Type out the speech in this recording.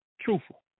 truthful